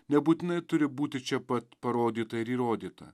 nebūtinai turi būti čia pat parodyta ir įrodyta